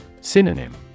Synonym